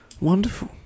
Wonderful